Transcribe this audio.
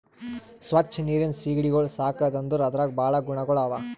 ಸ್ವಚ್ ನೀರಿನ್ ಸೀಗಡಿಗೊಳ್ ಸಾಕದ್ ಅಂದುರ್ ಅದ್ರಾಗ್ ಭಾಳ ಗುಣಗೊಳ್ ಅವಾ